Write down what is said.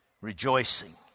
rejoicing